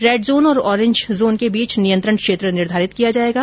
red zone और orange zone के बीच नियंत्रण क्षेत्र निर्धारित किया जाएगा